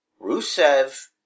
Rusev